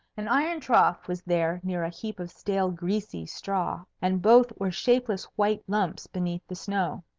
an iron trough was there near a heap of stale greasy straw, and both were shapeless white lumps beneath the snow.